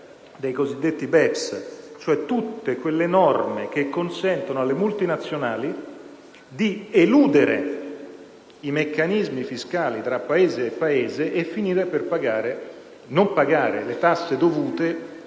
shifting*) ossia tutte quelle norme che consentono alle multinazionali di eludere i meccanismi fiscali tra Paese e Paese, finendo per non pagare le tasse dovute,